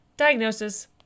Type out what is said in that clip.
diagnosis